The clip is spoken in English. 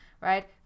right